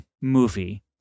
movie